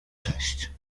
cześć